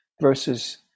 versus